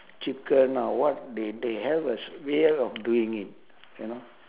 chicken or what they they have a s~ way of doing it you know